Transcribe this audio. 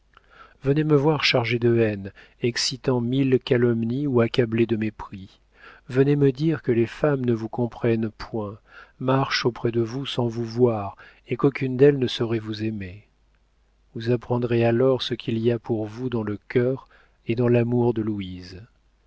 venez me voir chargé de haine excitant mille calomnies ou accablé de mépris venez me dire que les femmes ne vous comprennent point marchent auprès de vous sans vous voir et qu'aucune d'elles ne saurait vous aimer vous apprendrez alors ce qu'il y a pour vous dans le cœur et dans l'amour de louise